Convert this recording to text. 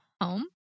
home